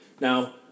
Now